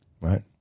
right